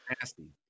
nasty